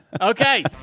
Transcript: Okay